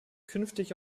künftig